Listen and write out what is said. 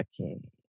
okay